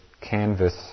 canvas